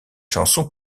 chansons